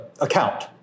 account